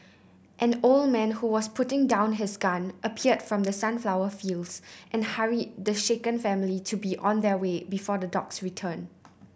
an old man who was putting down his gun appeared from the sunflower fields and hurried the shaken family to be on their way before the dogs return